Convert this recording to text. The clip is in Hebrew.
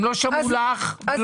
הם לא שמעו לך ולא שמעו לי.